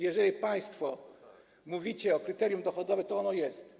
Jeżeli państwo mówicie o kryterium dochodowym, to ono jest.